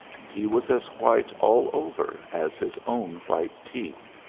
and he was as white all over as his own white teeth,